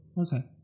Okay